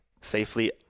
safely